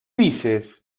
dices